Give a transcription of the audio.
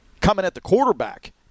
coming-at-the-quarterback